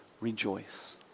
rejoice